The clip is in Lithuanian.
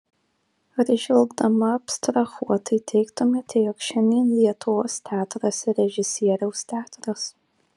ar žvelgdama abstrahuotai teigtumėte jog šiandien lietuvos teatras režisieriaus teatras